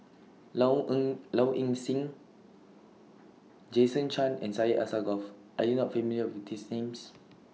Low Low Ing Sing Jason Chan and Syed Alsagoff Are YOU not familiar with These Names